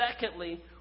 secondly